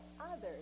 others